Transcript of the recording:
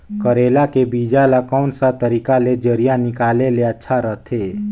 करेला के बीजा ला कोन सा तरीका ले जरिया निकाले ले अच्छा रथे?